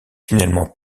finalement